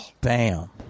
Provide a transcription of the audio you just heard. Bam